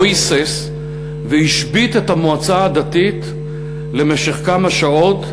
לא היסס והשבית את המועצה הדתית למשך כמה שעות כמחאה,